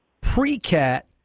pre-cat